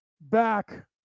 back